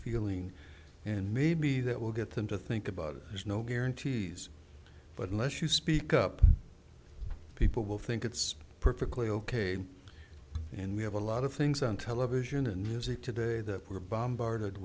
feeling and maybe that will get them to think about there's no guarantees but unless you speak up people will think it's perfectly ok and we have a lot of things on television and you see today that we're bombarded